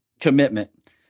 commitment